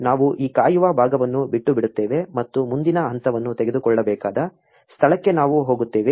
ನಾವು ಈ ಕಾಯುವ ಭಾಗವನ್ನು ಬಿಟ್ಟುಬಿಡುತ್ತೇವೆ ಮತ್ತು ಮುಂದಿನ ಹಂತವನ್ನು ತೆಗೆದುಕೊಳ್ಳಬೇಕಾದ ಸ್ಥಳಕ್ಕೆ ನಾವು ಹೋಗುತ್ತೇವೆ